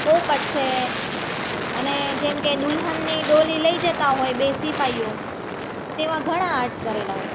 પોપટ છે અને જેમ કે દુલ્હનની ડોલી લઈ જતાં હોય બે સિપાહીઓ તેવાં ઘણાં આર્ટ કરેલાં હોય